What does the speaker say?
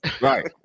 Right